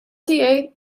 tiegħi